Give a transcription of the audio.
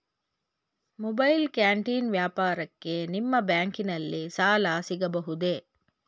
Mobile canteen ವ್ಯಾಪಾರಕ್ಕೆ ನಿಮ್ಮ ಬ್ಯಾಂಕಿನಲ್ಲಿ ಸಾಲ ಸಿಗಬಹುದೇ?